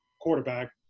quarterback